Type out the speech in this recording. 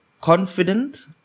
confident